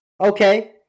Okay